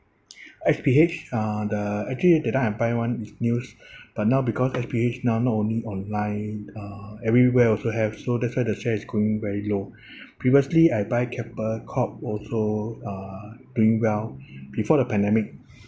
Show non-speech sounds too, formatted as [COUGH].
[BREATH] S_P_H uh the actually that time I buy [one] is news [BREATH] but now because S_P_H now not only online uh everywhere also have so that's why the share is going very low [BREATH] previously I buy Keppel Corp also uh doing well [BREATH] before the pandemic